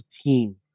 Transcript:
team